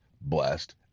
blessed